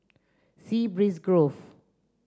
Sea Breeze Grove